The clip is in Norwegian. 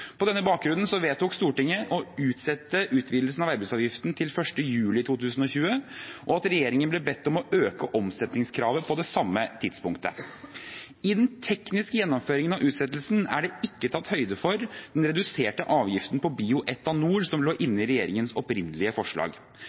På denne bakgrunn vedtok Stortinget å utsette utvidelsen av veibruksavgiften til 1. juli 2020, og regjeringen ble bedt om å øke omsetningskravet på det samme tidspunktet. I den tekniske gjennomføringen av utsettelsen er det ikke tatt høyde for den reduserte avgiften på bioetanol som lå inne i regjeringens opprinnelige forslag.